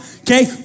Okay